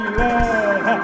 love